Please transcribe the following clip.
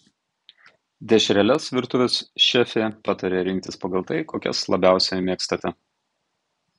dešreles virtuvės šefė pataria rinktis pagal tai kokias labiausiai mėgstate